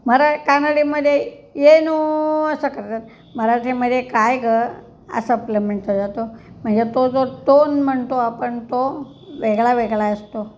मरा कानडीमध्ये येनो असं करतात मराठीमध्ये काय गं असं आपलं म्हटलं जातं म्हणजे तो जो टोन म्हणतो आपण तो वेगळा वेगळा असतो